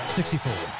Sixty-four